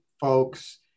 folks